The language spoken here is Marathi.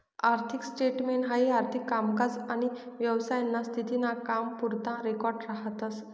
आर्थिक स्टेटमेंट हाई आर्थिक कामकाज आनी व्यवसायाना स्थिती ना कामपुरता रेकॉर्ड राहतस